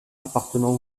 appartenant